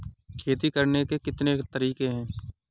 खेती करने के कितने तरीके हैं?